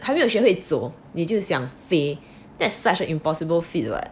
还没有学会走你就想飞 that's such an impossible fit [what]